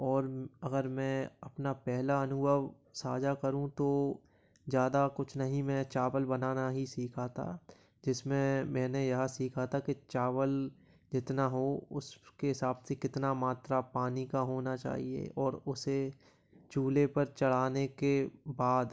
और अगर मैं अपना पहला अनुभव साझा करूँ तो ज्यादा कुछ नहीं मैं चावल बनाना ही सीखा था जिसमें मैंने यह सीखा था कि चावल जितना हो उसके हिसाब से कितना मात्रा पानी का होना चाहिए और उसे चूल्हे पर चढ़ाने के बाद